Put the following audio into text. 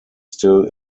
still